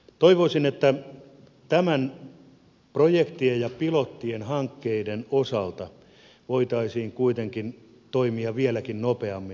toivoisin että projektien ja pilottien hankkeiden osalta voitaisiin kuitenkin toimia vieläkin nopeammin